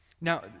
Now